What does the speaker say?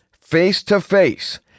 face-to-face